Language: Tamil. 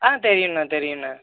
ஆ தெரியுண்ணா தெரியுண்ணா